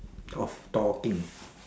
of talking